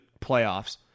playoffs